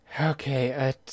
Okay